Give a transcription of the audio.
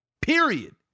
period